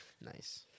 Nice